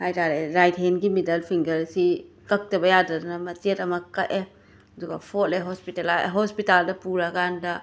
ꯍꯥꯏꯇꯥꯔꯦ ꯔꯥꯏ꯭ꯇ ꯍꯦꯟꯒꯤ ꯃꯤꯗꯜ ꯐꯤꯡꯒꯔꯁꯤ ꯀꯛꯇꯕ ꯌꯥꯗꯗꯅ ꯃꯆꯦꯠ ꯑꯃ ꯀꯛꯑꯦ ꯑꯗꯨꯒ ꯐꯣꯠꯂꯦ ꯍꯣꯁꯄꯤꯇꯥꯂꯥꯏ ꯍꯣꯁꯄꯤꯇꯥꯜꯗ ꯄꯨꯔꯀꯥꯟꯗ